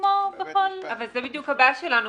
כמו בכל- - זאת בדיוק הבעיה שלנו.